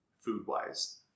Food-wise